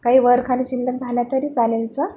काही वरखाली शिल्लक झालं तरी चालेल सर